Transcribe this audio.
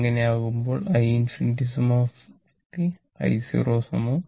അങ്ങനെയാവുമ്പോൾ i ∞ 50 i0 25 ആവും